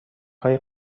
های